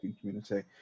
community